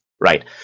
right